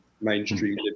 mainstream